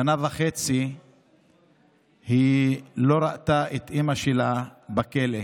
שנה וחצי היא לא ראתה את אימא שלה בכלא.